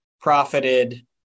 profited